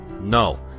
No